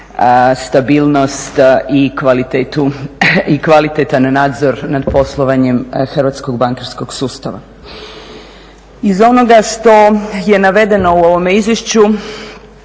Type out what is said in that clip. stabilnost i kvalitetan nadzor nad poslovanjem hrvatskog bankarskog sustava. Iz onoga što je navedeno u ovome izvješću